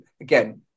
again